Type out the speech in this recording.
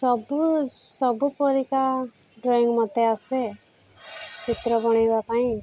ସବୁ ସବୁ ପରିକା ଡ୍ରଇଂ ମୋତେ ଆସେ ଚିତ୍ର ବଣେଇବା ପାଇଁ